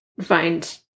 find